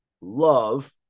love